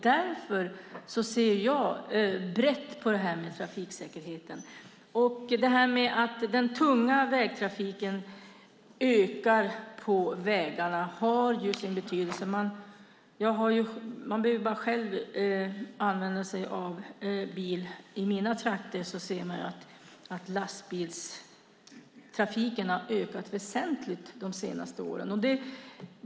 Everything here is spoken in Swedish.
Därför ser jag brett på trafiksäkerheten. Att den tunga vägtrafiken ökar på vägarna har ju sin betydelse. Man behöver bara själv använda sig av bil i mina trakter så ser man att lastbilstrafiken har ökat väsentligt de senaste åren.